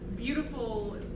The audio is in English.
Beautiful